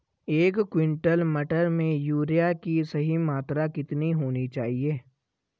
एक क्विंटल मटर में यूरिया की सही मात्रा कितनी होनी चाहिए?